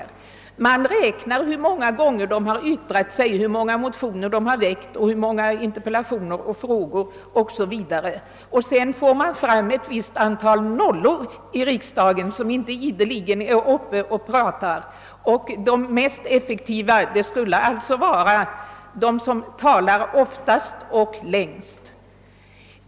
Man räknar efter hur många gånger de yttrat sig, hur många motioner de väckt, hur många interpellationer och enkla frågor de framställt o. s. v. Sedan får man fram ett visst antal nollor i riksdagen, som inte ideligen är uppe och talar. De mest effektiva skulle alltså vara de som talar oftast och längst.